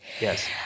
yes